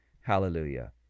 Hallelujah